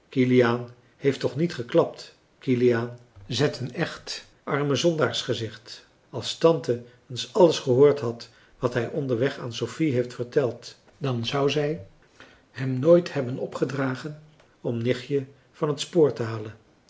kiliaan heeft toch niet geklapt kiliaan zet een echt armezondaarsgezicht als tante eens alles gehoord had wat hij onderweg aan sophie heeft verteld dan zou zij hem nooit hebben opgedragen om nichtje van het spoor te halen